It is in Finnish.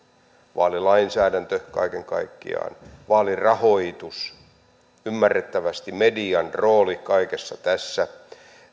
vaalilainsäädäntö kaiken kaikkiaan vaalirahoitus ymmärrettävästi median rooli kaikessa tässä